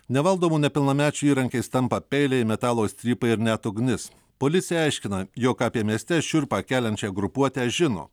nevaldomų nepilnamečių įrankiais tampa peiliai metalo strypai ir net ugnis policija aiškina jog apie mieste šiurpą keliančią grupuotę žino